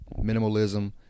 minimalism